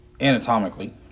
anatomically